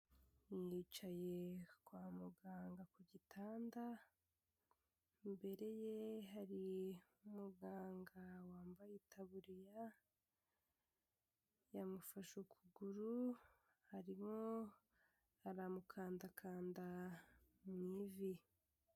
Yicaye kwa muganga ku gitanda, imbere ye hari umuganga wambaye itaburiya, yamufashe ukuguru, arimo aramukandakanda mu ivi.